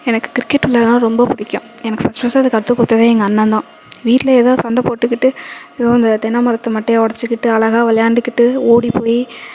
எனக்கு கிரிக்கெட்டுனாலே ரொம்ப பிடிக்கும் எனக்கு ஃபஸ்ட்டு ஃபஸ்ட்டு அதை கத்துக்கொடுத்தாதே எங்கள் அண்ணந்தான் வீட்டில் எதாவது சண்டை போட்டுக்கிட்டு அதோ அந்த தென்ன மரத்து மட்டையை உடச்சிக்கிட்டு அழகாக விளையாண்டுக்கிட்டு ஓடிப்போயி